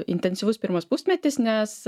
intensyvus pirmas pusmetis nes